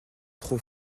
trop